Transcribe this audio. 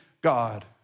God